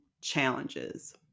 challenges